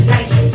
Nice